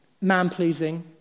man-pleasing